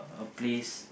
a place